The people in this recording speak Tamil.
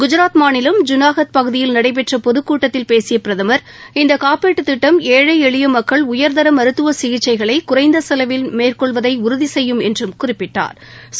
குஜராத் மாநிலம் ஜூனாகத் பகுதியில் நடைபெற்ற பொதுக்கூட்டத்தில் பேசிய பிரதமா் இந்த காப்பீட்டுத் திட்டம் மூலம் ஏழை எளிய மக்கள் உயர்தர மருத்துவ சிகிச்சைகளை குறைந்த செலவில் மேற்கொள்வதை உறுதி செய்யும் என்றும் குறிப்பிட்டாள்